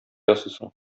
ясыйсың